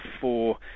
four